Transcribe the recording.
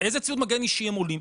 הם עולים?